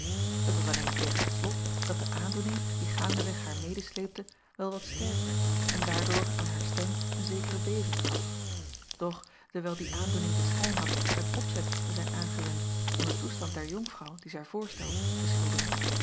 et was alleen tegen het slot dat de aandoening die gaandeweg haar medesleepte wel wat sterk werd en daardoor aan haar stem een zekere beving gaf doch dewijl die aandoening den schijn had met opzet te zijn aangewend om den toestand der jonkvrouw die zij voorstelde te schilderen